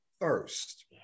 first